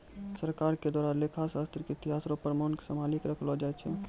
सरकार के द्वारा लेखा शास्त्र के इतिहास रो प्रमाण क सम्भाली क रखलो जाय छै